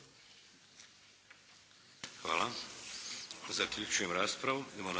Hvala. Zaključujem raspravu.